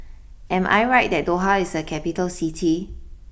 am I right that Doha is a capital City